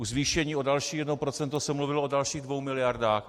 U zvýšení o další jedno procento se mluvilo o dalších dvou miliardách.